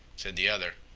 said the other.